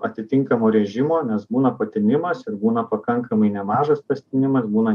atitinkamo režimo nes būna patinimas ir būna pakankamai nemažas pastinimas būna